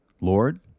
Lord